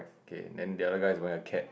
okay then the other guy is wearing a cap